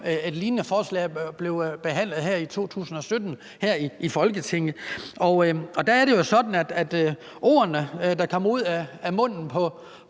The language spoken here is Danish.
et lignende forslag blev behandlet i 2017 her i Folketinget. Der er det jo sådan, at ordene, der kommer ud af munden på